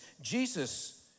Jesus